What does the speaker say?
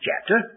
chapter